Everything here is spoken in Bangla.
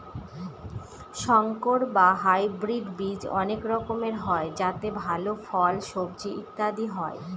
সংকর বা হাইব্রিড বীজ অনেক রকমের হয় যাতে ভাল ফল, সবজি ইত্যাদি হয়